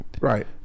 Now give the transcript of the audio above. right